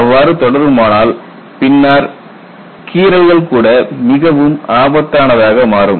அவ்வாறு தொடருமானால் பின்னர் கீறல்கள் கூட மிகவும் ஆபத்தானதாக மாறும்